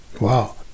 Wow